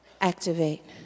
activate